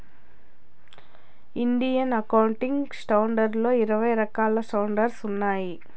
Indian accounting standards లో ఇరవై రకాల స్టాండర్డ్స్ ఉన్నాయి